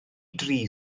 dri